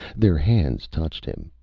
their hands touched him.